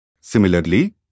Similarly